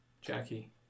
Jackie